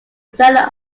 seller